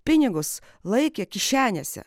pinigus laikė kišenėse